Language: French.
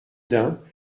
dain